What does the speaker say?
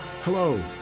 Hello